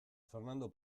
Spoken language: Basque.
fernando